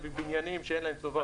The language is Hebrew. זה בבניינים שאין להם צובר.